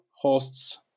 hosts